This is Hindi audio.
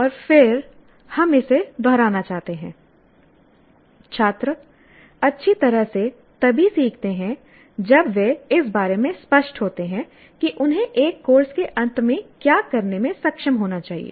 और फिर हम इसे दोहराना चाहते हैं छात्र अच्छी तरह से तभी सीखते हैं जब वे इस बारे में स्पष्ट होते हैं कि उन्हें एक कोर्स के अंत में क्या करने में सक्षम होना चाहिए